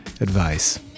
advice